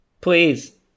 Please